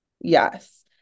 yes